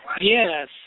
Yes